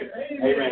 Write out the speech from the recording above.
Amen